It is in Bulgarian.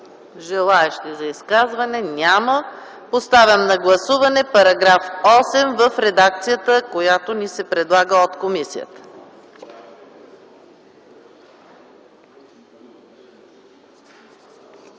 желаещи за изказване? Няма. Поставям на гласуване § 8 в редакцията, която ни се предлага от комисията.